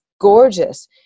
gorgeous